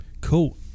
Cool